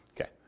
Okay